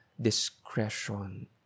discretion